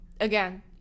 again